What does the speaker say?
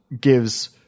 gives